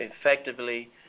effectively